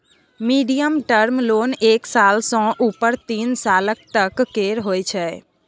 medium term loan एक साल सँ उपर तीन सालक तक केर होइ छै